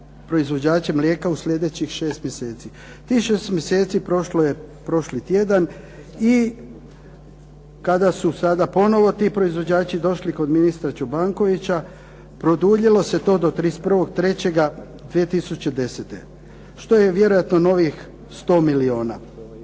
proizvođače mlijeka u sljedećih 6 mj. Tih 6 mj. prošlo je prošli tjedan i kada su sada ponovno ti proizvođači došli kod ministra Čobankovića produljilo se to do 31.03.2010., što je vjerojatno novih 100 milijuna.